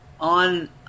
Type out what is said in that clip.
on